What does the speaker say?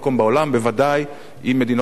בוודאי עם מדינות אירופיות.